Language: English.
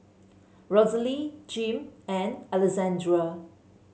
Rosalie Jim and Alessandra